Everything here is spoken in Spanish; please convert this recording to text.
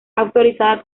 autorizada